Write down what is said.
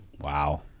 wow